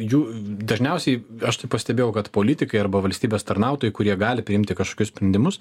jų dažniausiai aš tai pastebėjau kad politikai arba valstybės tarnautojai kurie gali priimti kažkokius sprendimus